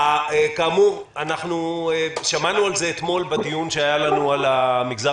כאמור שמענו על זה אתמול בדיון שהיה לנו על המגזר